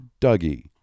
Dougie